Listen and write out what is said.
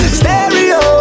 stereo